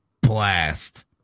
blast